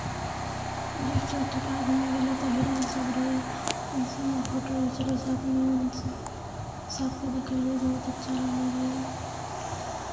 वृक्ष वाटिका घूमय गेलियै तऽ हिरणसभ रहै फोटो घिचेलियै साथमे स् सभकेँ देखेलियै बहुत अच्छा लागैत रहै